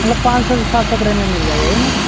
मतलब पाँच सौ से सात सौ के रेंज में मिल जाएगा यही ना